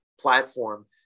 platform